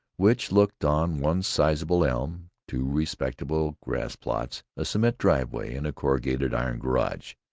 which looked on one sizable elm, two respectable grass-plots, a cement driveway, and a corrugated iron garage.